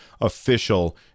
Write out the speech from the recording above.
official